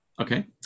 Okay